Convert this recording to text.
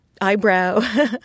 eyebrow